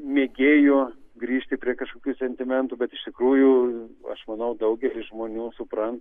mėgėjų grįžti prie kažkokių sentimentų bet iš tikrųjų aš manau daugelis žmonių supran